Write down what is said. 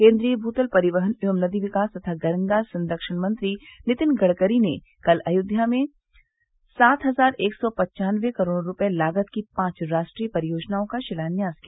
केन्द्रीय भूतल परिवहन एवं नदी विकास तथा गंगा संरक्षण मंत्री नितिन गडकरी ने कल अयोध्या में सात हजार एक सौ पनचानवें करोड़ रूपये लागत की पांच राष्ट्रीय परियोजनाओं का शिलान्यास किया